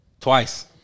twice